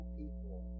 people